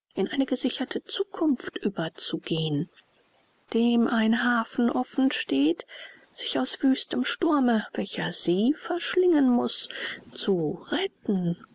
in eine gesicherte zukunft überzugehen dem ein hafen offen steht sich aus wüstem sturme welcher sie verschlingen muß zu retten